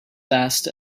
passed